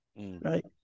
right